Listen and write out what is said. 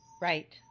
Right